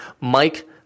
Mike